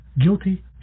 guilty